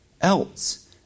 else